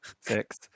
six